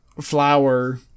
flower